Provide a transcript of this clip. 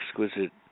exquisite